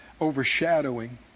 overshadowing